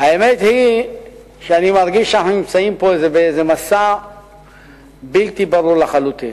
האמת היא שאני מרגיש שאנחנו נמצאים פה באיזה מסע בלתי ברור לחלוטין.